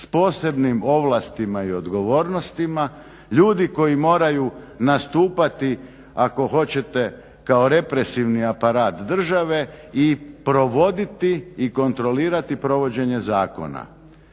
s posebnim ovlastima i odgovornostima, ljudi koji moraju nastupati ako hoćete kao represivni aparat države i provoditi i kontrolirati provođenje zakona.